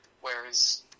Whereas